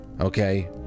Okay